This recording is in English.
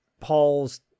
Paul's